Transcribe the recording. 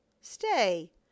stay